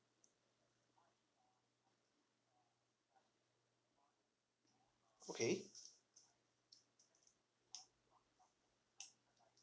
okay